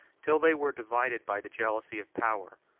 till they were divided by the jealousy of power,